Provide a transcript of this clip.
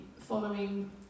following